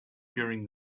during